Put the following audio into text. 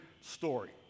story